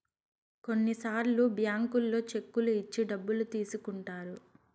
కొన్నిసార్లు బ్యాంకుల్లో చెక్కులు ఇచ్చి డబ్బులు తీసుకుంటారు